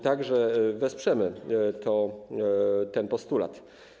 Tak że wesprzemy ten postulat.